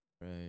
right